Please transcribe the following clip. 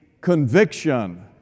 conviction